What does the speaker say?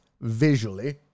visually